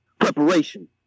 Preparation